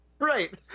right